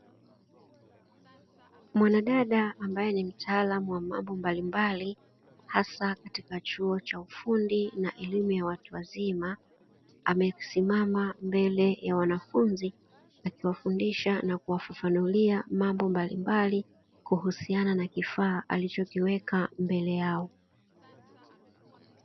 Mkufunzi mbaye ni mtaalamu wa mambo mbalimbali hasa katika chuo cha ufundi na elimu ya watu wazima, amesimama mbele ya wanafunzi akiwafundisha na kuwafafanulia mambo mbalimbali, kuhusiana na kifaa alichokiweka mbele yao.